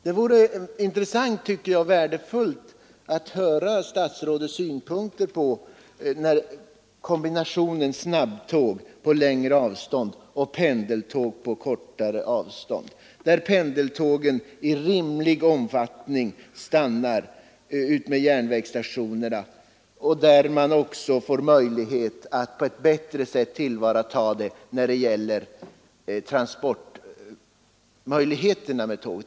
Det vore intressant och värdefullt att höra statsrådets synpunkter på kombinationen snabbtåg för längre avstånd och pendeltåg för kortare avstånd, där pendeltågen i rimlig omfattning stannar vid järnvägsstationerna och där man bättre kan tillvarata transportmöjligheterna med tåg.